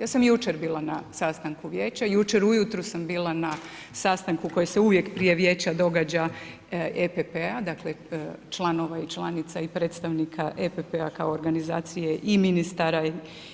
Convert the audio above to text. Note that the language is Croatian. Ja sam jučer bila na sastanku vijeća, jučer ujutro sam bila na sastanku koji se uvijek prije vijeća događa EPP-a, dakle članova i članica i predstavnika EPP-a kao organizacije i ministara